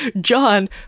John